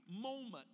moment